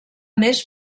més